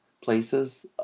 places